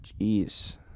Jeez